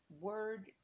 word